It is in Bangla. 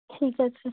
ঠিক আছে